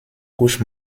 couche